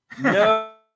No